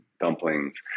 dumplings